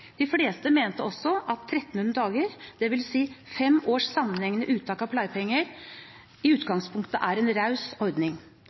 De fleste mente også at 1 300 dager, dvs. fem års sammenhengende uttak av pleiepenger, i